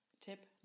Tip